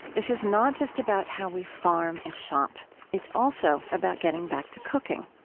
this is not just about how we farm and shop it's also about getting back to cooking